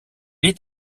est